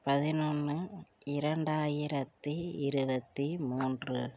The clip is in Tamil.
பதினொன்று இரண்டாயிரத்தி இருபத்தி மூன்று